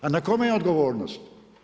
A na kome je odgovornost?